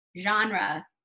genre